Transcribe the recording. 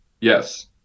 Yes